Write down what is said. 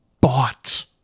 bought